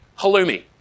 Halloumi